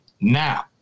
Now